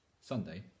Sunday